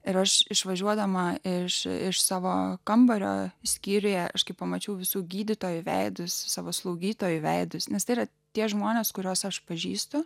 ir aš išvažiuodama iš savo kambario skyriuje aš kai pamačiau visų gydytojų veidus savo slaugytojų veidus nes tai yra tie žmonės kuriuos aš pažįstu